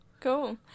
Cool